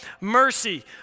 Mercy